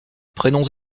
prénoms